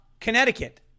Connecticut